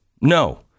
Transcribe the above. no